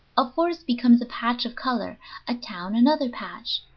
a forest becomes a patch of color a town another patch.